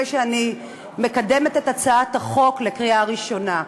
שאני מקדמת את הצעת החוק לקריאה ראשונה.